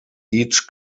each